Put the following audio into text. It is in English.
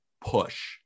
push